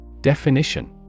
Definition